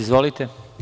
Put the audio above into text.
Izvolite.